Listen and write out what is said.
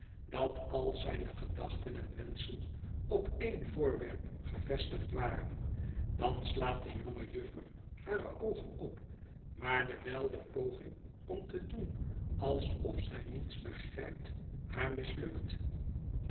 dat al zijne gedachten en wenschen op en voorwerp gevestigd waren dan slaat de jonge juffer hare oogen op maar dewijl de poging om te doen alsof zij niets begrijpt haar mislukt